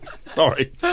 Sorry